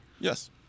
Yes